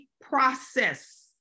process